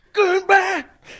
Goodbye